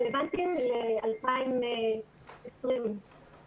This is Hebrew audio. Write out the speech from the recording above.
כלומר מה מצב החינוך לדמוקרטיה במערכת החינוך הממלכתית,